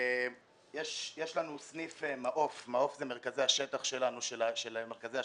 יש לנו סניף מעוף מרכזי השטח של עסקים,